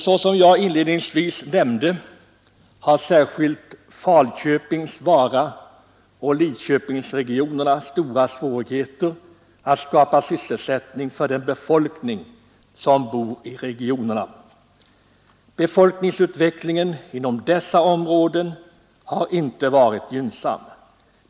Såsom jag inledningsvis nämnde har särskilt Falköpings-, Varaoch Lidköpingsregionerna stora svårigheter att skapa sysselsättning för den befolkning som bor i regionerna. Befolkningsutvecklingen inom dessa områden har inte varit gynnsam.